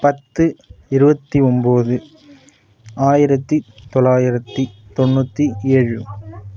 பத்து இருபத்தி ஒம்பது ஆயிரத்து தொள்ளாயிரத்தி தொண்ணூற்றி ஏழு